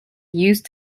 used